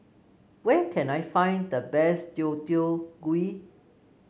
where can I find the best Deodeok Gui